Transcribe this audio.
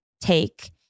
take